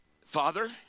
Father